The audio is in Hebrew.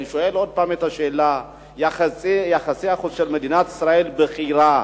אני שואל עוד פעם את השאלה: יחסי החוץ של מדינת ישראל בכי רע.